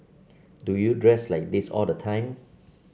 do you dress like this all the time